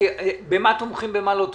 במה תומכים ובמה לא תומכים?